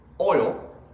oil